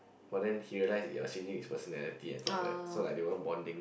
but then he realized it was changing his personality and stuff like that so like they weren't bonding